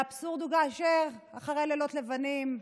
והאבסורד הוא כאשר אחרי לילות לבנים,